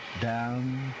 down